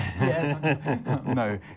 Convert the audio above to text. No